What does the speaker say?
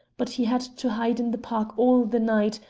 but he had to hide in the park all the night,